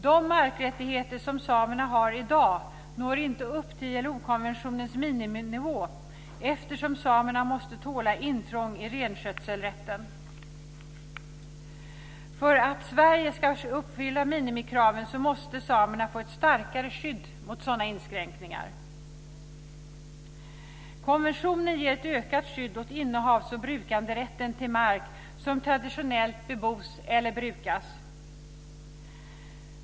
De markrättigheter som samerna har i dag når inte upp till ILO-konventionens miniminivå, eftersom samerna måste tåla intrång i renskötselrätten. För att Sverige ska uppfylla minimikraven måste samerna få ett starkare skydd mot sådana inskränkningar. Konventionen ger ett ökat skydd åt innehavs och brukanderätten till mark som traditionellt bebos eller brukas.